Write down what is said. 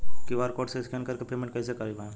QR code से scan कर के पेमेंट कइसे कर पाएम?